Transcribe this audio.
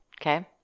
Okay